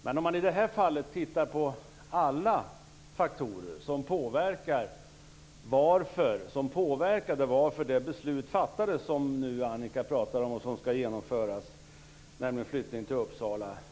Låt oss i det här fallet titta på alla faktorer som påverkade varför man fattade det beslut som Annika Nordgren pratar om och som skall genomföras, nämligen flyttningen till Uppsala.